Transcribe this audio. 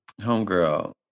homegirl